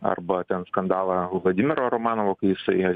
arba ten skandalą o vladimiro romanovo kai jisai